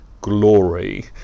glory